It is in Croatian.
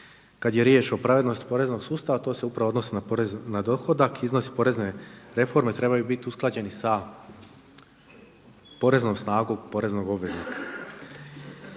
Kad je riječ o pravednosti poreznog sustava to se upravo odnosi na porez na dohodak, iznosi porezne reforme trebaju biti usklađeni sa poreznom snagom poreznog obveznika.